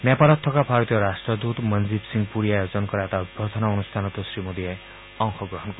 নেপালত থকা ভাৰতীয় ৰাষ্টদূত মঞ্জীৱ সিং পুৰীয়ে আয়োজন কৰা এটা অভ্যৰ্থনা অনুষ্ঠানতো শ্ৰীমোদীয়ে অংশগ্ৰহণ কৰিব